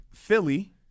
Philly